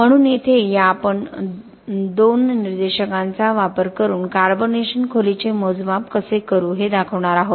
म्हणून येथे आपण या दोन निर्देशकांचा वापर करून कार्बोनेशन खोलीचे मोजमाप कसे करू हे दाखवणार आहोत